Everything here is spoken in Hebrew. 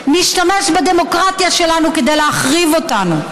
אותנו, משתמש בדמוקרטיה שלנו כדי להחריב אותנו.